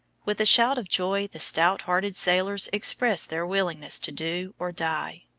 with a shout of joy the stout-hearted sailors expressed their willingness to do or die.